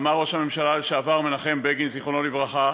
אמר ראש הממשלה לשעבר מנחם בגין זכרו לברכה,